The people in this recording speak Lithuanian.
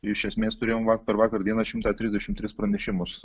iš esmės turėjom per vakar dieną šimtą trisdešimt tris pranešimus